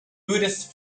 buddhist